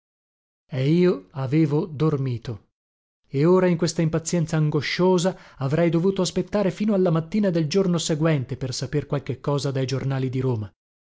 e io avevo dormito e ora in questa impazienza angosciosa avrei dovuto aspettare fino alla mattina del giorno seguente per saper qualche cosa dai giornali di roma